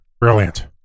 Brilliant